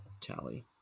tally